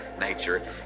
nature